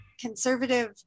conservative